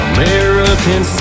American